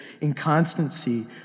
inconstancy